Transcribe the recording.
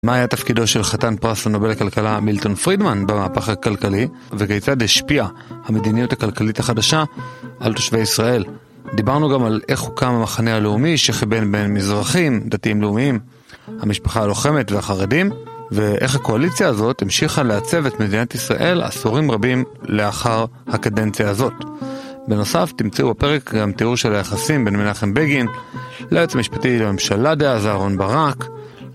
מה היה תפקידו של חתן פרס לנובל לכלכלה מילטון פרידמן במהפך הכלכלי וכיצד השפיעה המדיניות הכלכלית החדשה על תושבי ישראל? דיברנו גם על איך הוקם המחנה הלאומי שחיבר בין מזרחים, דתיים לאומיים, המשפחה הלוחמת והחרדים, ואיך הקואליציה הזאת המשיכה לעצב את מדינת ישראל עשורים רבים לאחר הקדנציה הזאת. בנוסף תמצאו בפרק גם תיאור של היחסים בין מנחם בגין ליועץ המשפטי לממשלה דאז אהרון ברק